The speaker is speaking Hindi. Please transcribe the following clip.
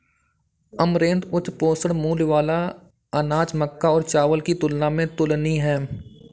अमरैंथ उच्च पोषण मूल्य वाला अनाज मक्का और चावल की तुलना में तुलनीय है